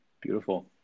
Beautiful